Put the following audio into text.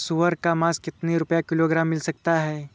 सुअर का मांस कितनी रुपय किलोग्राम मिल सकता है?